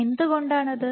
എന്തുകൊണ്ടാണത്